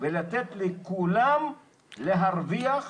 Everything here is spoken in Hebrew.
כל ליווי התוכנית מתבצע דרך הרשות,